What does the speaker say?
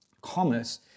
commerce